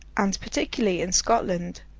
and particularly in scotland,